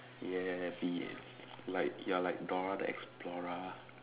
ya be like you're like Dora the explorer